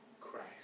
Christ